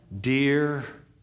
dear